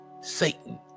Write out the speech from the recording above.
Satan